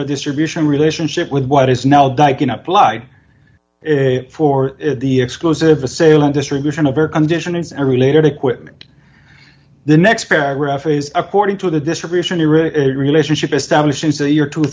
or distribution relationship with what is now di can apply for the explosive assailant distribution of air conditioners and related equipment the next paragraph is according to the distribution relationship established in say year two